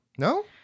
No